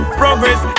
progress